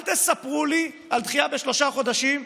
אל תספרו לי על דחייה בשלושה חודשים.